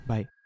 Bye